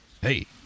hey